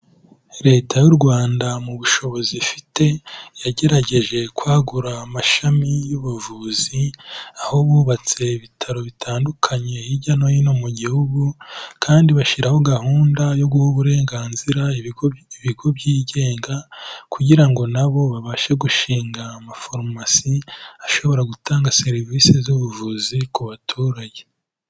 Leta y'u Rwanda mu bushobozi ifite, yagerageje kwagura amashami y'ubuvuzi aho bubatse ibitaro bitandukanye hirya no hino mu gihugu; kandi bashyiraho gahunda yo guha uburenganzira ibigo byigenga kugira ngo na bo babashe gushinga amafarumasi ashobora gutanga serivisi z'ubuvuzi ku baturage.